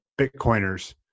Bitcoiners